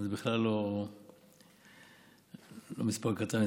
זה לא מספר קטן.